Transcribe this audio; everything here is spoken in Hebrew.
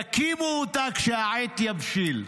יקימו אותה כשהעת תבשיל.